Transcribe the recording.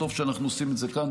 טוב שאנחנו עושים את זה כאן.